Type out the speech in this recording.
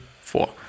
four